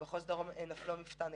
במחוז דרום אין אף מפתן.